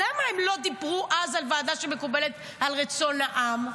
למה הם לא דיברו אז על ועדה שמקובלת על רצון העם,